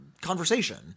conversation